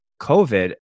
COVID